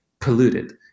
polluted